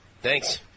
Thanks